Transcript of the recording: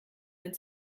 wenn